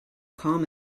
calm